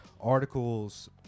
articles